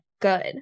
good